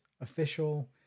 official